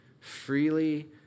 freely